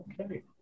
Okay